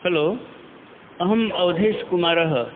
hello अहम् अवधेश् कुमारः